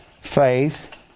faith